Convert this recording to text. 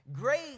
Grace